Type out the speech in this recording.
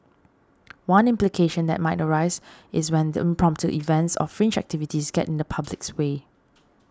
one implication that might arise is when the impromptu events or fringe activities get in the public's way